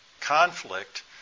conflict